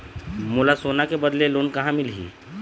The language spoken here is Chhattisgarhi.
मोला सोना के बदले लोन कहां मिलही?